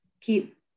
keep